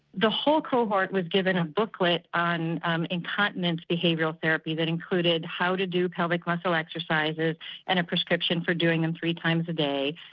the whole cohort was given a booklet on incontinence behavioural therapy that included how to do pelvic muscle exercises and a prescription for doing them three times a day.